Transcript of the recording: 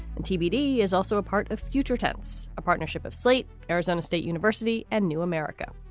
and tbd is also a part of future tense, a partnership of slate, arizona state university and new america.